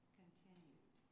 continued